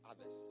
others